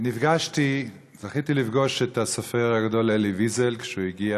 זכיתי לפגוש את הסופר הגדול אלי ויזל כשהוא הגיע